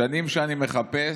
שנים שאני מחפש,